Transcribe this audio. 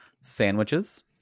sandwiches